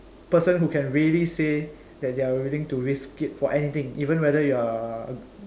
person who can really say that they are willing to risk it for anything even whether you are a